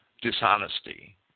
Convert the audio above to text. dishonesty